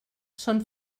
són